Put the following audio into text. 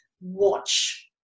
watch